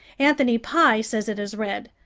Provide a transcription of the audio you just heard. anthony pye says it is red,